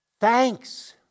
thanks